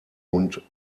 und